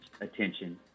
attention